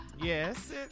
Yes